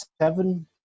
Seven